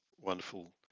wonderful